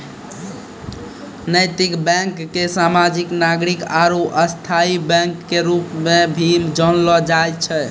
नैतिक बैंक के सामाजिक नागरिक आरू स्थायी बैंक के रूप मे भी जानलो जाय छै